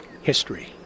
history